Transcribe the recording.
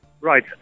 Right